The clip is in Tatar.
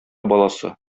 баласы